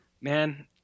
Man